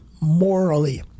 morally